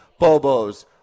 Bobos